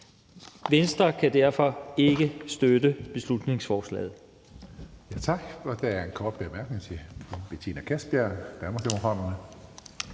Venstre kan derfor ikke støtte beslutningsforslaget.